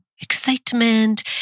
excitement